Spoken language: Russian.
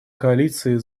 коалиции